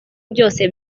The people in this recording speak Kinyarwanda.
byose